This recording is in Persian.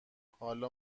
حالا